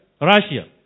Russia